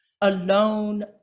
alone